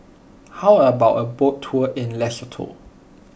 how about a boat tour in Lesotho